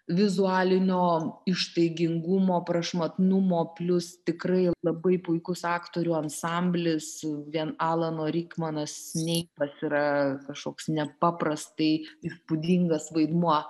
vizualinio ištaigingumo prašmatnumo plius tikrai labai puikus aktorių ansamblis vien alano rikmano sneipas yra kažkoks nepaprastai įspūdingas vaidmuo